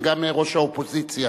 וגם ראש האופוזיציה,